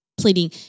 pleading